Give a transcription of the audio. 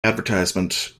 advertisement